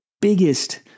biggest